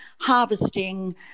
harvesting